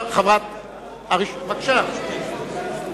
בבקשה.